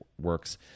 works